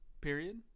period